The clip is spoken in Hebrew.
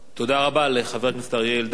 תודה רבה לחבר הכנסת אריה אלדד.